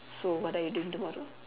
so what are you doing tomorrow